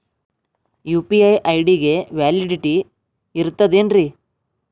UPI ID ಗೆ validity ಇರತದ ಏನ್ರಿ?